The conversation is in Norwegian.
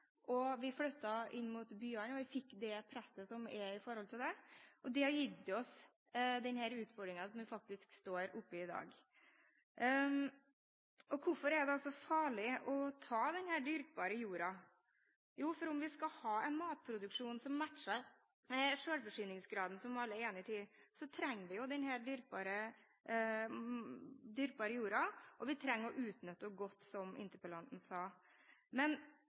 og vi levde av å produsere egen mat. Men så fikk vi industrialiseringen, vi flyttet inn mot byene, og vi fikk det presset som er med tanke på det. Det har gitt oss den utfordringen som vi faktisk står oppi i dag. Hvorfor er det så farlig å ta denne dyrkbare jorda? Jo, for om vi skal ha en matproduksjon som matcher denne selvforsyningsgraden, som alle er enige om, trenger vi denne dyrkbare jorda, og vi trenger å utnytte den godt, som interpellanten sa. Men